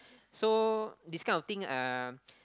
so this kind of thing uh